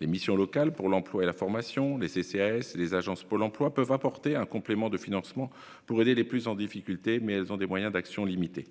Les missions locales pour l'emploi et la formation, les centres communaux d'action sociale (CCAS) et les agences de Pôle emploi peuvent apporter un complément de financement pour aider les plus en difficulté, mais elles ont des moyens d'action limités.